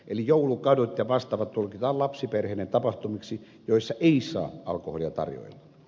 eli joulukadut ja vastaavat tulkitaan lapsiperheiden tapahtumiksi joissa ei saa alkoholia tarjoilla